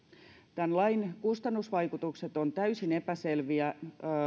tämän lain kustannusvaikutukset ovat täysin epäselviä